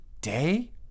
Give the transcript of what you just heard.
day